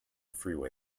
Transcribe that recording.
freeway